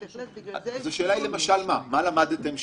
רק שב-50 השנים האחרונות לא התקבל שינוי.